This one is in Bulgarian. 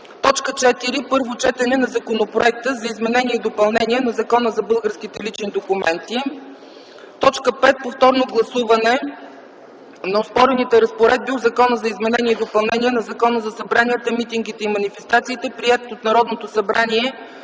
4. Първо четене на Законопроекта за изменение и допълнение на Закона за българските лични документи. 5. Повторно гласуване на оспорените разпоредби от Закона за изменение и допълнение на Закона за събранията, митингите и манифестациите, приет от Народното събрание